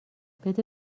بده